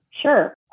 Sure